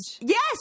Yes